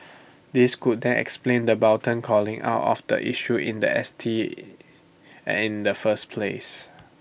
this could then explain the blatant calling out of the issue in The S T and in the first place